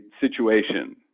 situation